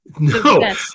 No